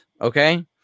Okay